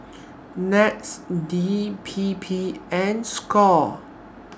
Nets D P P and SCORE